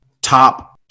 Top